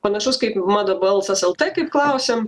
panašus kaip mano balsas lt kaip klausiam